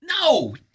No